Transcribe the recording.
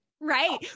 Right